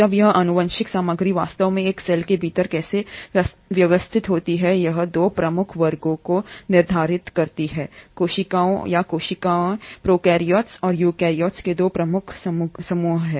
अब यह आनुवंशिक सामग्री वास्तव में एक सेल के भीतर कैसे व्यवस्थित होती है यह 2 प्रमुख वर्गों को निर्धारित करता है कोशिकाओं या कोशिकाओं प्रोकैरियोट्स और यूकेरियोट्स के 2 प्रमुख समूहों में